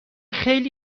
خیلی